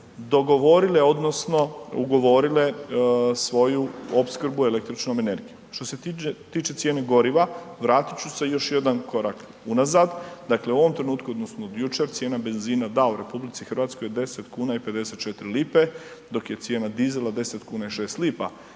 dogovorile odnosno ugovorile svoju opskrbu električnom energijom. Što se tiče cijene goriva vratit ću se još jedan korak unazad, dakle u ovom trenutku odnosno od jučer cijena benzina da u RH je 10,54 kuna, dok je cijena dizela 10,60 lipa,